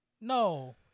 No